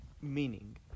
meaning